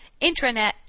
intranet